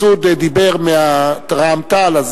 מסעוד דיבר בשם רע"ם-תע"ל,